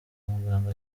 muganga